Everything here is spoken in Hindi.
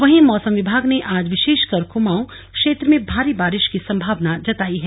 वहीं मौसम विभाग ने आज विशेषकर कुमाऊं क्षेत्र में भारी बारिश की संभावना जताई है